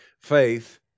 faith